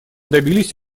добились